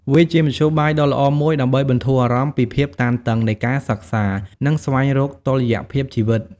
វាជាមធ្យោបាយដ៏ល្អមួយដើម្បីបន្ធូរអារម្មណ៍ពីភាពតានតឹងនៃការសិក្សា និងស្វែងរកតុល្យភាពជីវិត។